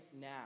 now